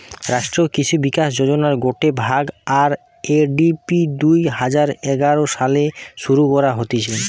রাষ্ট্রীয় কৃষি বিকাশ যোজনার গটে ভাগ, আর.এ.ডি.পি দুই হাজার এগারো সালে শুরু করা হতিছে